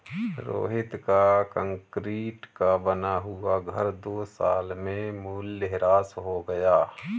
रोहित का कंक्रीट का बना हुआ घर दो साल में मूल्यह्रास हो गया